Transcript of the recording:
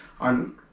on